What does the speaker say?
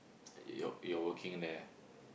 like you're you're working there